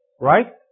Right